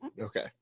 Okay